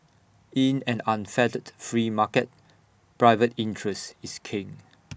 in an unfettered free market private interest is king